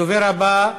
הדובר הבא,